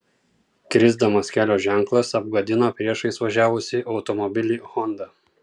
krisdamas kelio ženklas apgadino priešais važiavusį automobilį honda